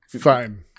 Fine